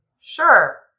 Sure